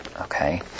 okay